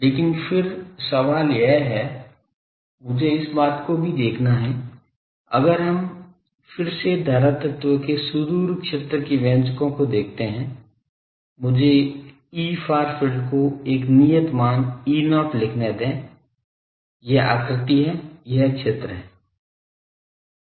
लेकिन फिर सवाल यह है मुझे इस बात को भी देखना है अगर हम फिर से धारा तत्व के सुदूर क्षेत्र के व्यंजको को देखते हैं मुझे Efar field को एक नियत मान E0 लिखने दें यह आकृति है यह क्षेत्र है